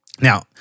Now